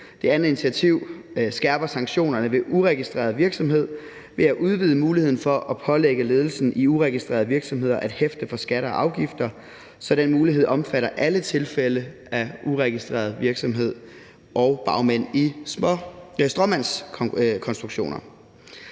Det andet initiativ skærper sanktionerne ved uregistreret virksomhed ved at udvide muligheden for at pålægge ledelsen i uregistrerede virksomheder at hæfte for skatter og afgifter, så den mulighed omfatter alle tilfælde af uregistreret virksomhed og bagmænd i stråmandskonstruktioner.